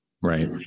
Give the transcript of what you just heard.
Right